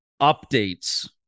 updates